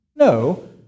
No